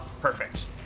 perfect